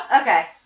okay